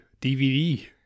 DVD